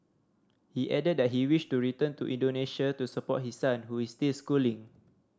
he added that he wished to return to Indonesia to support his son who is still schooling